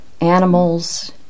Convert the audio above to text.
animals